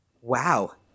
Wow